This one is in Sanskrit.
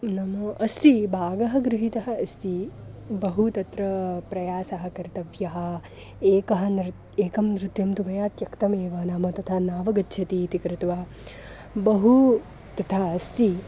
नाम अस्ति भागः गृहितः अस्ति बहु तत्र प्रयासः कर्तव्यः एकं नृत्यम् एकं नृत्यं तु मया त्यक्तमेव नाम तथा नावगच्छतीति कृत्वा बहु तथा अस्ति